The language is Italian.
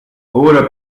ora